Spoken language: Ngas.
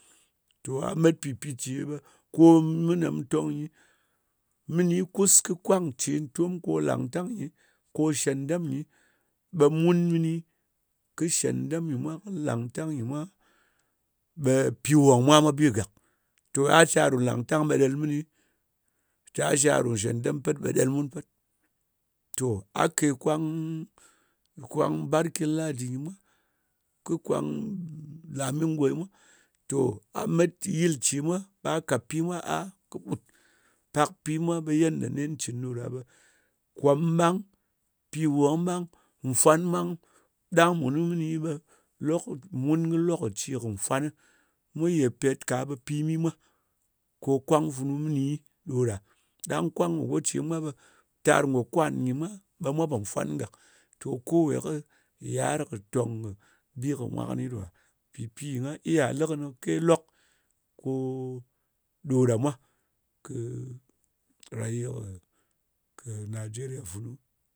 To mwa pi ko mini mu tong gyi mini kus kwan ce tom langtang gyi mwa, shen dam gyi ma ɓa mun gyi kɨ shndam gyi mwa kɨ lantang mwa gyi mwa pi won mwa kɨ bi gak. To a ji a ru langtang ɓa ɗel mini ji ru shendan ɓa pat ɗel mun. To a ke kwan barkin ldi ɗimwa kɨ kwan lamingo ɗimwan to a mat yilce gyi mwa ɓa a kat pimwa a kɨ ɓut pak pimwa ɓa kanda nen cin ɗo ɗa ɓang kom ɓang, pi wong ɓang twang ɓang, ɗang muni mini ɓa lok mun kɨ lokoci kɨ fwan, muye pet ka ɓa ye pimi mwa ko kwan funu gyi ɗoɗa. Dan kwan ce mwa ɓa tar go kwan gyi mwa ɓa mwa ɗin fwan gak kowe kɨ ye'ar kɨ ton bi kɨ man mwa kɨni ɗoɗa pi gha iya likɗni kɨ ke lok ko ɗoɗa mwa kɨ rayin kɨ nigeria funu.